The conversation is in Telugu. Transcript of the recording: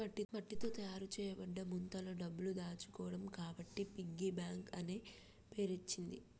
మట్టితో తయారు చేయబడ్డ ముంతలో డబ్బులు దాచుకోవడం కాబట్టి పిగ్గీ బ్యాంక్ అనే పేరచ్చింది